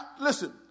Listen